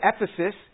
Ephesus